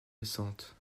récente